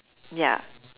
ya